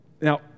now